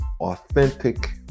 authentic